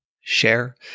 share